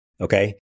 Okay